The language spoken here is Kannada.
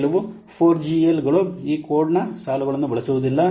ಕೆಲವು 4ಜಿಎಲ್ಗಳು ಈ ಕೋಡ್ನ ಸಾಲುಗಳನ್ನು ಬಳಸುವುದಿಲ್ಲ